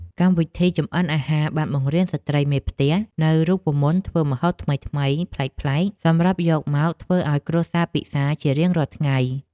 កម្មវិធីចម្អិនអាហារបានបង្រៀនស្ត្រីមេផ្ទះនូវរូបមន្តធ្វើម្ហូបថ្មីៗប្លែកៗសម្រាប់យកមកធ្វើឱ្យគ្រួសារពិសារជារៀងរាល់ថ្ងៃ។